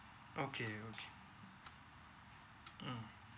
okay okay mm